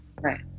right